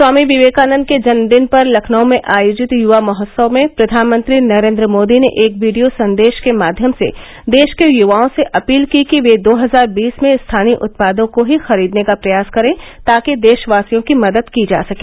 स्वामी विवेकानन्द के जन्मदिन पर लखनऊ में आयोजित युवा महोत्सव में प्रधानमंत्री नरेन्द्र मोदी ने एक वीडियो संदेश के माध्यम से देश के युवाओं से अपील की कि वे दो हजार बीस में स्थानीय उत्पादों को ही खरीदने का प्रयास करें ताकि देशवासियों की मदद की जा सके